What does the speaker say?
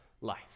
life